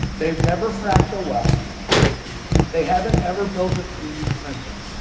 they've never fracked a well they haven't ever built a three d printer.